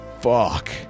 fuck